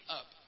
up